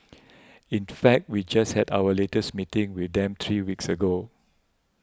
in fact we just had our latest meeting with them three weeks ago